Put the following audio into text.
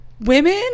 women